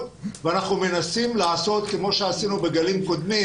ואנחנו מנסים לעשות - כמו שעשינו בגלים קודמים